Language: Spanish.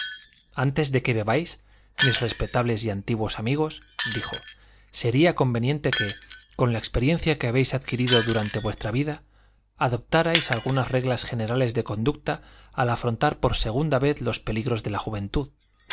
antes de que bebáis mis respetables y antiguos amigos dijo sería conveniente que con la experiencia que habéis adquirido durante vuestra vida adoptarais algunas reglas generales de conducta al afrontar por segunda vez los peligros de la juventud